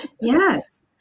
Yes